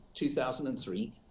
2003